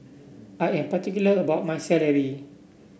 I am particular about my satay